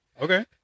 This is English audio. Okay